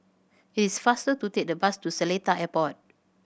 it is faster to take the bus to Seletar Airport